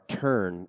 turn